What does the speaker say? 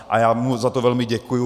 A já mu za to velmi děkuji.